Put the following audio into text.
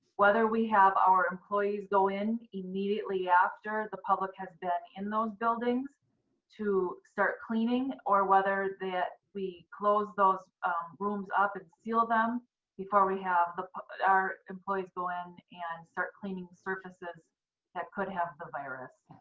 whether we have our employees go in immediately after the public has been in those buildings to start cleaning, or whether we close those rooms up and seal them before we have ah our employees go in and start cleaning services that could have the virus.